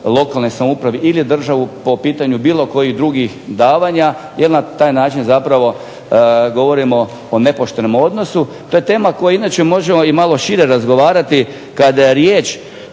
lokalnoj samoupravi ili je državu po pitanju bilo kojih drugih davanja jer na taj način zapravo govorimo o nepoštenom odnosu. To je tema o kojoj inače možemo i malo šire razgovarati kada je riječ